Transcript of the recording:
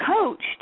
coached